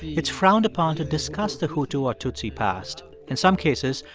it's frowned upon to discuss the hutu or tutsi past. in some cases,